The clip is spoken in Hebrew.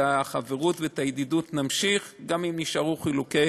את החברות והידידות נמשיך גם אם יישארו חילוקי